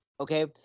okay